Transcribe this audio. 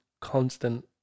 constant